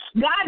God